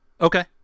Okay